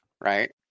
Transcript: right